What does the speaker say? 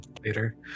later